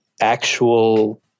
actual